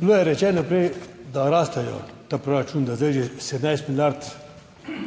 Bilo je rečeno prej, da rastejo ta proračun, da zdaj že 17 milijard,